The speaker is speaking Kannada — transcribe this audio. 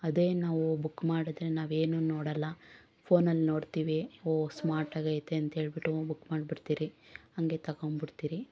ಅದೇ ನಾವು ಬುಕ್ ಮಾಡಿದ್ರೆ ನಾವೇನು ನೋಡಲ್ಲ ಫೋನನ್ನ ನೋಡ್ತೀವಿ ಓಹ್ ಸ್ಮಾರ್ಟಾಗೈತೆ ಅಂಥೇಳ್ಬಿಟ್ಟು ಬುಕ್ ಮಾಡ್ಬಿಡ್ತೀರಿ ಹಂಗೆ ತಗೊಂಡ್ಬಿಡ್ತೀರಿ